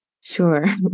Sure